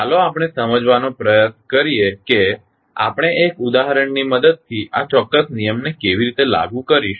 ચાલો આપણે સમજવાનો પ્રયાસ કરીએ કે આપણે એક ઉદાહરણની મદદથી આ ચોક્ક્સ નિયમને કેવી રીતે લાગુ કરીશું